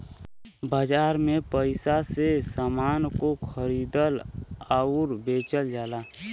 बाजार में पइसा से समान को खरीदल आउर बेचल जाला